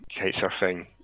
kitesurfing